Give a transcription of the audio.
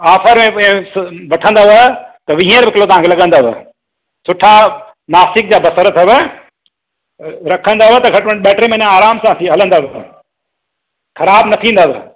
offer जे में वठंदव त वीहें रुपये तव्हांखे लॻंदव सुठा नासिक जा बसर अथव अ रखंदव त घटि में घटि ॿ टे महीना आराम सां थी हलंदव ख़राबु न थींदव